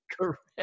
correct